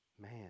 Man